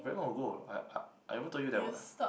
very long ago I are I've told you that what